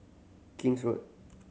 King's Road